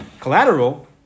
collateral